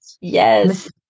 Yes